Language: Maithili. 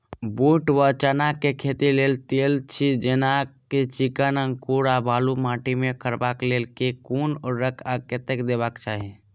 बूट वा चना केँ खेती, तेल छी जेना की चिकनी, अंकरी आ बालू माटि मे करबाक लेल केँ कुन उर्वरक आ कतेक देबाक चाहि?